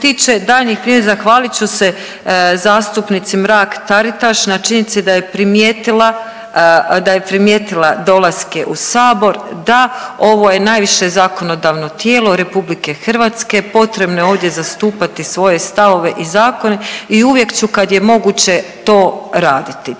se tiče daljnjih primjedbi zahvalit ću zastupnici Mrak Taritaš na činjenici da je primijetila dolaske u Sabor, da ovo je najviše zakonodavno tijelo RH, potrebno je ovdje zastupati svoje stavove i zakone i uvijek ću kad je moguće to raditi,